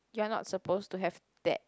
you're not supposed to have that